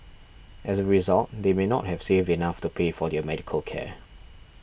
as a result they may not have saved enough to pay for their medical care